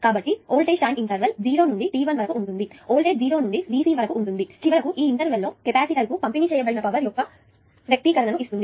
కాబట్టి voltage time interval 0 నుండి t1 వరకు ఉంటుంది వోల్టేజ్ 0 నుండి VC వరకు ఉంటుంది మరియు చివరికి ఈ ఇంటర్వెల్ లో కెపాసిటర్ కు పంపిణీ చేయబడిన పవర్ యొక్క ఎక్స్ప్రెషన్ ఇస్తుంది